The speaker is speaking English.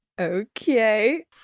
Okay